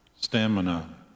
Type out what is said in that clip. Stamina